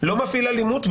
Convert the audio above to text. לא מפעיל אלימות,